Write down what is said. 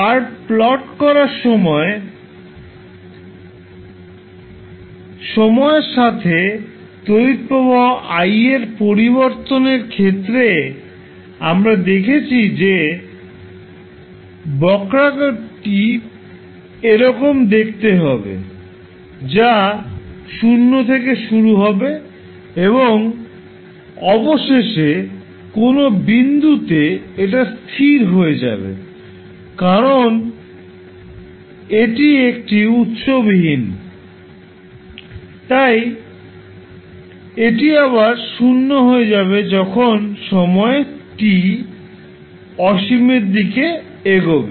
curve plot করার সময় সময়ের সাথে তড়িৎ প্রবাহ i এর পরিবর্তনের ক্ষেত্রে আমরা দেখেছি যে বক্রাকারটি এরকম দেখতে হবে যা 0 থেকে শুরু হবে এবং অবশেষে কোন বিন্দুতে এটা স্থির হয়ে যাবে কারণ এটি একটি উত্সবিহীন তাই এটি আবার 0 হয়ে যাবে যখন সময় t অসীমের দিকে এগোবে